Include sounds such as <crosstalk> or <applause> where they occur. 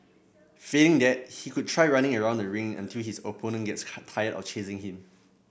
failing that he could try running around the ring until his opponent gets <unintelligible> tired of chasing him